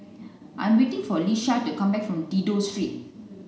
I am waiting for Leisha to come back from Dido Street